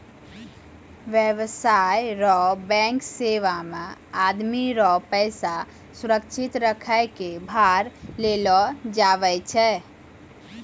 व्यवसाय रो बैंक सेवा मे आदमी रो पैसा सुरक्षित रखै कै भार लेलो जावै छै